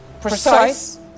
precise